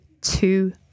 two